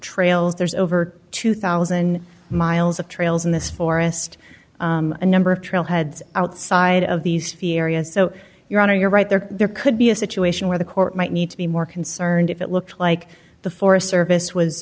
trails there's over two thousand miles of trails in this forest a number of trailheads outside of these fieri and so your honor you're right there there could be a situation where the court might need to be more concerned if it looked like the forest service was